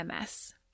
MS